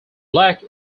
black